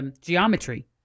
geometry